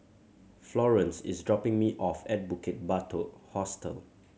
Florance is dropping me off at Bukit Batok Hostel